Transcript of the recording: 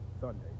Sunday